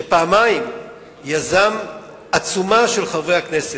שפעמיים יזם עצומה של חברי הכנסת,